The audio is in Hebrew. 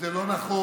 זה לא נכון.